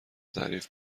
تعریف